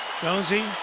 Jonesy